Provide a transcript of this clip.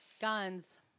Guns